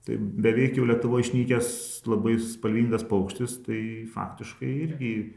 tai beveik jau lietuvoj išnykęs labai spalvingas paukštis tai faktiškai irgi